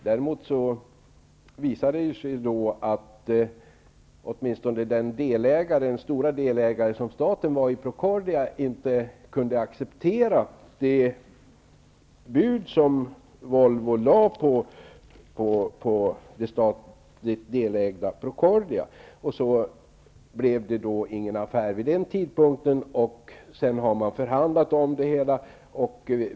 Däremot visade det sig att åtminstone den stora delägare som staten var i Procordia inte kunde acceptera det bud som Volvo lade på det statligt delägda Procordia. Så blev det ingen affär vid den tidpunkten, och sedan har man förhandlat.